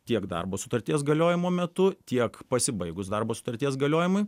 tiek darbo sutarties galiojimo metu tiek pasibaigus darbo sutarties galiojimui